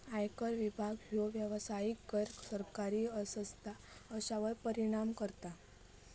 आयकर विभाग ह्यो व्यावसायिक, गैर सरकारी संस्था अश्यांवर परिणाम करता